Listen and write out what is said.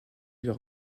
leur